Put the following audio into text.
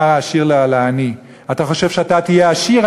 העשיר לעני: אתה חושב שאתה תהיה עשיר?